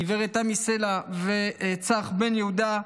גב' תמי סלע וצח בן יהודה,